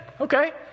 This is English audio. Okay